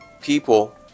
people